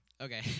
Okay